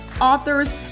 authors